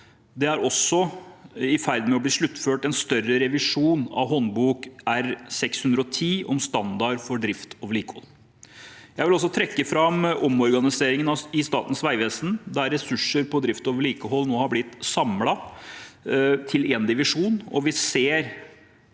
Det er også i ferd med å bli sluttført en større revisjon av håndbok R610, om standard for drift og vedlikehold. Jeg vil også trekke fram omorganiseringen i Statens vegvesen, der ressursene på drift og vedlikehold er samlet i én divisjon.